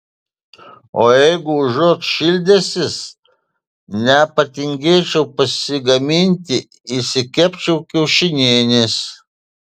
o jeigu užuot šildęsis nepatingėčiau pasigaminti išsikepčiau kiaušinienės